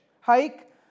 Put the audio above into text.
hike